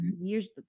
years